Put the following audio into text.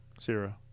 Zero